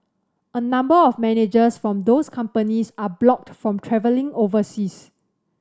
a number of managers from those companies are blocked from travelling overseas